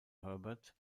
herbert